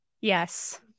Yes